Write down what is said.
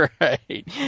right